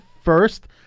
first